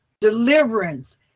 deliverance